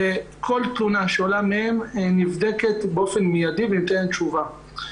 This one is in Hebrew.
וכל תלונה שעולה מהם נבדקת באופן מיידי וניתנת תשובה.